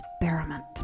experiment